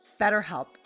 BetterHelp